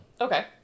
Okay